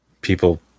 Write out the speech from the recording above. people